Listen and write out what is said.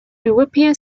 european